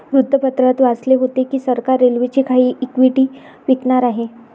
वृत्तपत्रात वाचले होते की सरकार रेल्वेची काही इक्विटी विकणार आहे